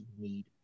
need